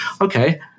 okay